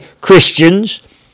Christians